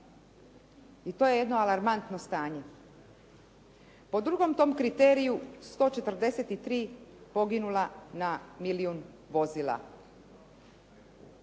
I to je jedno alarmantno stanje. Po drugom tom kriteriju 143 poginula na milijun vozila.